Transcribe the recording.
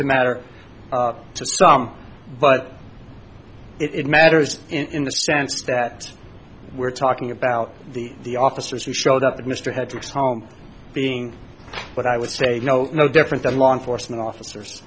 to matter to song but it matters in the sense that we're talking about the the officers who showed up at mr hendricks home being but i would say you know no different than law enforcement officers